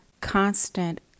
constant